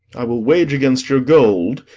i will wage against your gold,